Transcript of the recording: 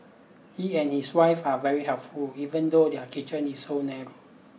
he and his wife are very helpful even though their kitchen is so narrow